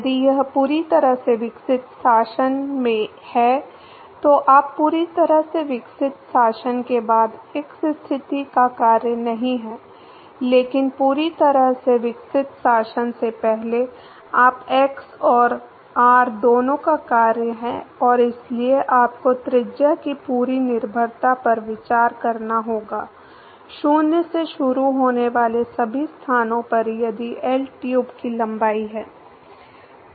यदि यह पूरी तरह से विकसित शासन में है तो आप पूरी तरह से विकसित शासन के बाद एक्स स्थिति का कार्य नहीं है लेकिन पूरी तरह से विकसित शासन से पहले आप एक्स और आर दोनों का कार्य है और इसलिए आपको त्रिज्या की पूरी निर्भरता पर विचार करना होगा 0 से शुरू होने वाले सभी स्थानों पर यदि L ट्यूब की लंबाई है